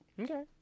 Okay